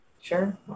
Sure